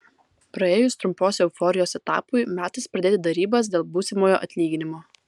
praėjus trumpos euforijos etapui metas pradėti derybas dėl būsimojo atlyginimo